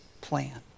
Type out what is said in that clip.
plan